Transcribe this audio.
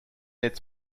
its